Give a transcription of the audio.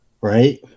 right